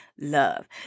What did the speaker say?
love